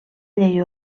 llei